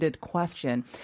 question